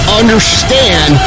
understand